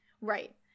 right